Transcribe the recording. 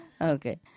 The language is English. Okay